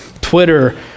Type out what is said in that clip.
Twitter